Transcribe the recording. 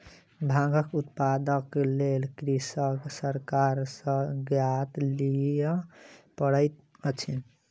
भांगक उत्पादनक लेल कृषक सरकार सॅ आज्ञा लिअ पड़ैत अछि